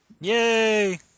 Yay